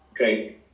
Okay